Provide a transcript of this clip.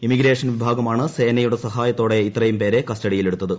immigration വിഭാഗമാണ് സേനയുടെ സഹായത്തോടെ ഇത്രയും പേരെ കസ്റ്റഡിയിലെടുത്തത്